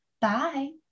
Bye